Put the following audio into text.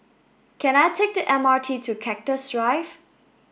can I take the M R T to Cactus Drive